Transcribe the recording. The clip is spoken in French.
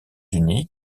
unis